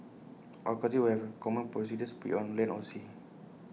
all countries will have common procedures be IT on land or sea